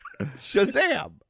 Shazam